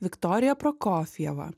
viktorija prokofjeva